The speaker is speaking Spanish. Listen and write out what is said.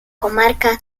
comarca